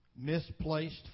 Misplaced